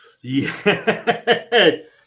Yes